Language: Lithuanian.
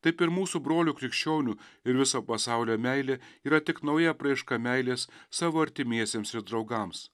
taip ir mūsų brolių krikščionių ir viso pasaulio meilė yra tik nauja apraiška meilės savo artimiesiems ir draugams